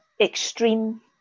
extreme